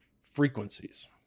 frequencies